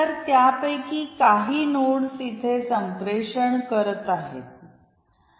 तर त्यापैकी काही नोड्स इथे संप्रेषण करीत आहे